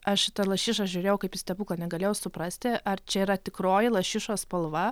aš į tą lašišą žiūrėjau kaip į stebuklą negalėjau suprasti ar čia yra tikroji lašišos spalva